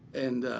and